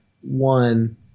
one